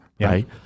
right